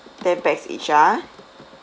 ten pax each ha